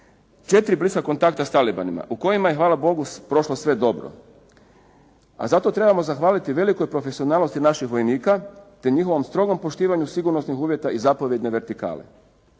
četiri bliska kontakta s talibanima u kojima je hvala Bogu prošlo sve dobro, a za to trebamo zahvaliti velikoj profesionalnosti našeg vojnika te njihovom strogom poštivanju sigurnosnih uvjeta i zapovjedne vertikale.